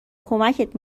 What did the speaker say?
کمکت